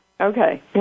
Okay